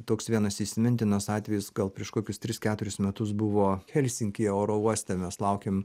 toks vienas įsimintinas atvejis gal prieš kokius tris keturis metus buvo helsinkyje oro uoste mes laukėm